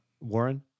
Warren